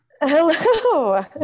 Hello